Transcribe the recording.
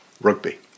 rugby